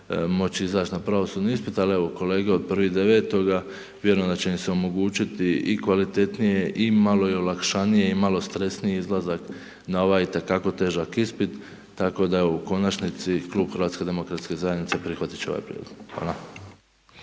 moći izaći na pravosudni ispit, ali, evo, kolege od 1.9. vjerujem da će im se omogućiti i kvalitetnije i malo olakšanje i malo stresniji izlazak, na ovaj itekako težak ispit, tako da u konačnici Klub HDZ-a prihvatiti će ovaj prijedlog.